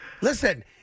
Listen